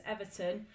Everton